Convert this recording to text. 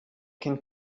can